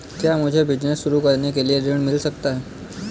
क्या मुझे बिजनेस शुरू करने के लिए ऋण मिल सकता है?